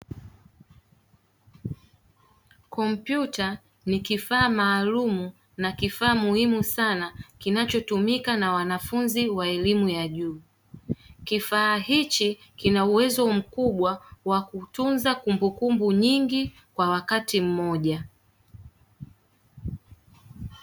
Kompyuta ni kifaa maalumu na kifaa muhimu sana, kinachotumika na wanafunzi wa elimu ya juu. Kifaa hichi kina uwezo mkubwa wa kutunza kumbukumbu nyingi kwa wakati mmoja.